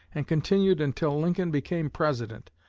and continued until lincoln became president,